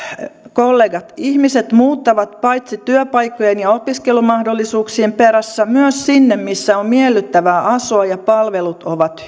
kollegat ihmiset muuttavat paitsi työpaikkojen ja opiskelumahdollisuuksien perässä myös sinne missä on miellyttävää asua ja palvelut ovat